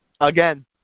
again